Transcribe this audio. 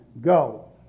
go